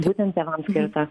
būtent tėvams skirta